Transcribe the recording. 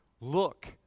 look